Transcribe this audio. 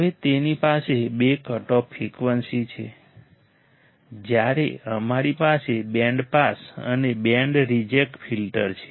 હવે તેની પાસે બે કટઓફ ફ્રીક્વન્સી છે જ્યારે અમારી પાસે બેન્ડ પાસ અને બેન્ડ રિજેક્ટ ફિલ્ટર છે